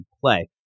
play